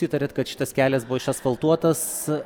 įtariat kad šitas kelias buvo išasfaltuotas